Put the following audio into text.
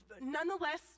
nonetheless